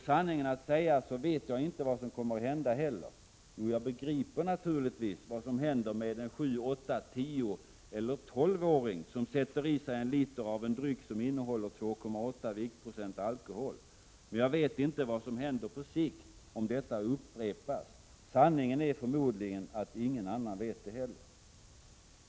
Sanningen att säga vet jag inte heller vad som kommer att hända. Jo, jag begriper naturligtvis vad som händer en sju-, åtta-, tioeller tolvåring som sätter i sig en liter av en dryck som innehåller 2,8 viktprocent alkohol. Men jag vet inte vad som händer på sikt, om det upprepas. Sanningen är förmodligen att ingen annan heller vet det.